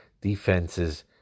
defenses